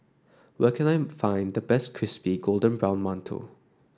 where can I find the best Crispy Golden Brown Mantou